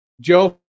Joe